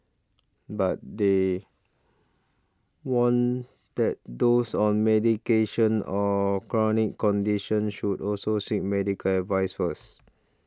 but they warn that those on medication or chronic conditions should also seek medical advice first